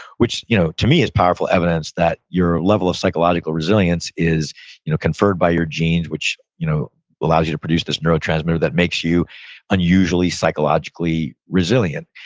which you know to me is powerful evidence that your level of psychological resilience is you know conferred by your genes, which you know allows you to produce this neurotransmitter that makes you unusually psychologically resilient.